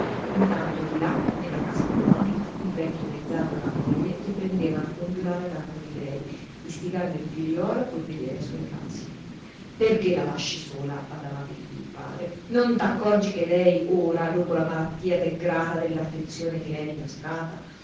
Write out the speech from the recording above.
intanto di là nella casa colonica il vecchio mezzadro e la moglie riprendevano a congiurare a danno di lei istigando il figliuolo a provvedere a suoi casi perché la lasci sola badava a dirgli il padre non t'accorgi che lei ora dopo la malattia t'è grata dell'affezione che le hai dimostrata